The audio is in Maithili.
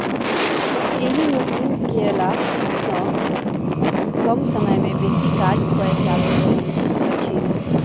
एहि मशीन केअयला सॅ कम समय मे बेसी काज कयल जा रहल अछि